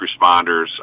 responders